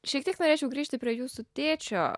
šiek tiek norėčiau grįžti prie jūsų tėčio